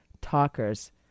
talkers